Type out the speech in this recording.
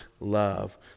love